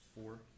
four